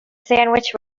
sandwich